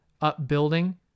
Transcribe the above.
upbuilding